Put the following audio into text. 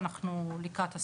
ואנחנו לקראת הסוף.